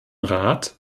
rat